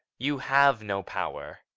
you have no power.